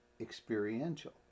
experiential